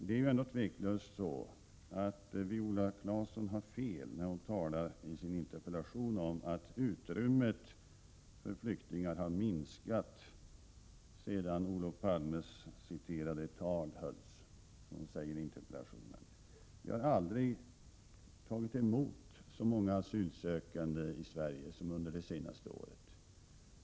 Det är ändå otvivelaktigt så att Viola Claesson har fel när hon i sin interpellation säger att utrymmet för flyktingar har minskat sedan Olof Palmes citerade tal hölls. Vi har aldrig tagit emot så många asylsökande i Sverige som under det senaste året.